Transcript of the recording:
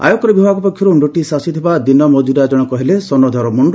ଆୟକର ବିଭାଗ ପକ୍ଷରୁ ନୋଟିସ୍ ଆସିଥିବା ଦିନ ମଜୁରିଆ ହେଲେ ସନଧର ମୁଣ୍ଡ